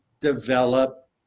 develop